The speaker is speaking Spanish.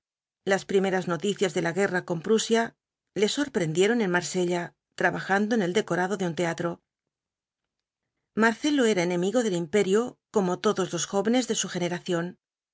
las primeras noticias de la guerra con pi asia los odatro jineltfilk obl apocalipsis le borprendieron en marsella trabajando en el decorado de un teatro marcelo era enemigo del imperio como todos los jóyenes de su generación